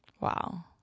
wow